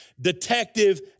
detective